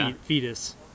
fetus